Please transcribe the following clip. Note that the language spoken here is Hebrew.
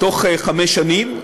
בתוך חמש שנים,